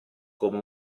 come